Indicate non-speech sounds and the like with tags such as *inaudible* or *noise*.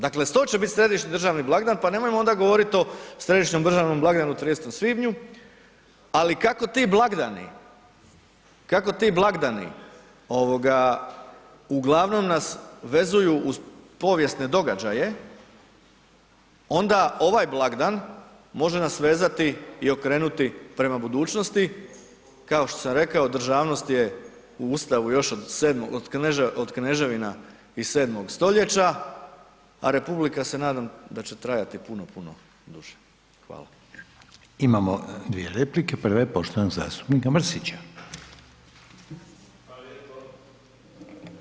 Dakle, ... *unintelligible* će bit središnji državni blagdan, pa nemojmo onda govoriti o središnjem državnom blagdanu 30. svibnju, ali kako ti blagdani, kako ti blagdani uglavnom nas vezuju uz povijesne događaje, onda ovaj blagdan može nas vezati i okrenuti prema budućnosti, kao što sam rekao, državnost je u Ustavu još od 7. od kneževina iz 7. stoljeća, a republika se nadam da će trajati puno, puno duže.